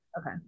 okay